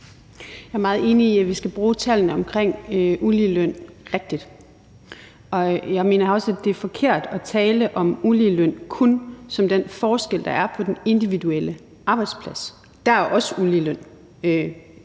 Jeg er meget enig i, at vi skal bruge tallene for uligeløn rigtigt. Jeg mener også, at det er forkert at tale om uligeløn kun som den forskel, der er på den individuelle arbejdsplads. Der er også uligeløn.